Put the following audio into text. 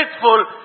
faithful